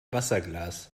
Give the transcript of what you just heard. wasserglas